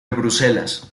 bruselas